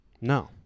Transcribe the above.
No